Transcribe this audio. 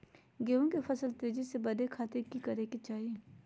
गेहूं के फसल तेजी से बढ़े खातिर की करके चाहि?